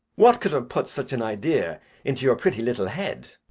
what could have put such an idea into your pretty little head?